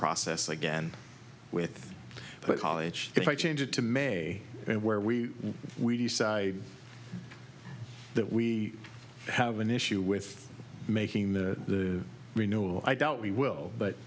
process again with college if i change it to may and where we we decide that we have an issue with making the renewal i doubt we will but